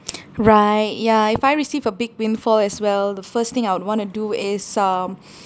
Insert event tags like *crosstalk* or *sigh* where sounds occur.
*noise* right ya if I receive a big windfall as well the first thing I would want to do is um